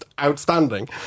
Outstanding